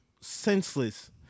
senseless